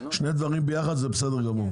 שני דברים ביחד זה בסדר גמור.